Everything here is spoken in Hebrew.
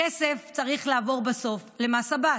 הכסף צריך לעבור בסוף ל"מס עבאס".